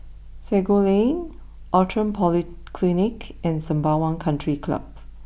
Sago Lane Outram Polyclinic and Sembawang country Club